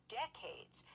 decades